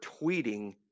tweeting